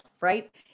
right